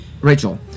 Rachel